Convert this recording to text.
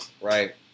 right